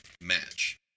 match